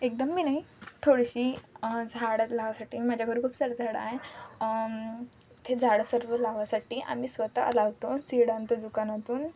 एकदम बी नाही थोडीशी झाडं लावासाठी माझ्या घरी खूप सारे झाडं आहे ते झाडं सर्व लावासाठी आम्ही स्वतः लावतो सीड आणतो दुकानातून